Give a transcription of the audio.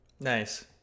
Nice